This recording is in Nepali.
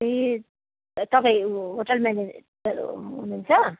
ए तपाईँ होटेल म्यानेजर हुनु हुन्छ